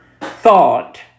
thought